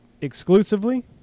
exclusively